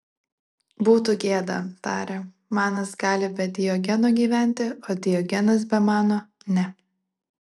būtų gėda tarė manas gali be diogeno gyventi o diogenas be mano ne